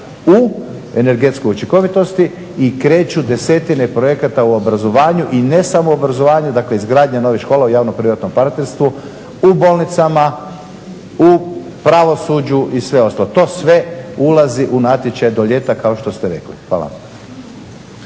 u energetskoj učinkovitosti i kreću desetine projekata u obrazovanju i ne samo obrazovanju, dakle izgradnja novih škola u javno-privatnom partnerstvu, u bolnicama, u pravosuđu i sve ostalo. To sve ulazi u natječaj do ljeta kao što ste rekli. Hvala.